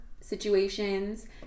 situations